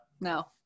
No